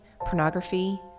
pornography